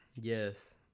Yes